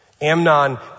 Amnon